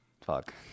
Fuck